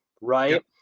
right